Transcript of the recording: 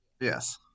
Yes